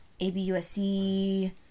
ABUSC